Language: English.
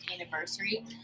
anniversary